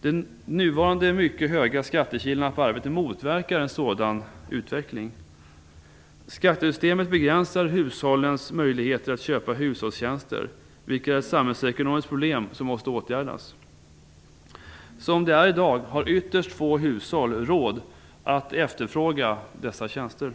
De nuvarande mycket höga skattekilarna på arbete motverkar en sådan utveckling. Skattesystemet begränsar hushållens möjligheter att köpa hushållstjänster, vilket är ett samhällsekonomiskt problem som måste åtgärdas. Som det är i dag har ytterst få hushåll råd att efterfråga dessa tjänster.